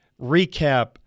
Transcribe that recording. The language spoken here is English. recap